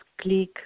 click